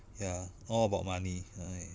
ya all about money